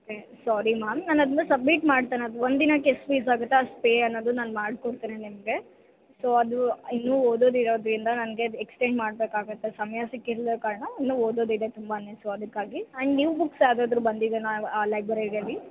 okay sorry ma'am ನಾನು ಅದನ್ನ submit ಮಾಡ್ತೇನೆ ಅದು ಒಂದು ದಿನಕ್ಕೆ ಎಷ್ಟು ಫೀಸ್ ಆಗುತ್ತೆ ಅಷ್ಟು ಪೇ ಅನ್ನೋದು ನಾನು ಮಾಡಿಕೊಡ್ತೇನೆ ನಿಮಗೆ ಸೊ ಅದು ಇನ್ನೂ ಓದೋದು ಇರೋದರಿಂದ ನನಗೆ ಅದು ಎಕ್ಸ್ಟೆಂಡ್ ಮಾಡಬೇಕಾಗತ್ತೆ ಸಮಯ ಸಿಕ್ಕಿಲ್ಲದ ಕಾರಣ ಇನ್ನೂ ಓದೋದು ಇದೆ ತುಂಬಾ ಸೊ ಅದಕ್ಕಾಗಿ ಆ್ಯಂಡ್ ನ್ಯೂ ಬುಕ್ಸ್ ಯಾವುದಾದ್ರು ಬಂದಿದೇಯ ಆ ಲೈಬ್ರೆರಿಯಲ್ಲಿ